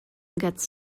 gets